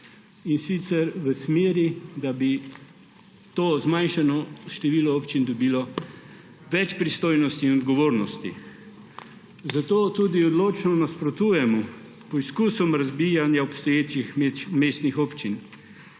in sicer v smeri, da bi to zmanjšano število občin dobilo več pristojnosti in odgovornosti. Zato tudi odločno nasprotujemo poizkusom razbijanja obstoječih mestnih občin.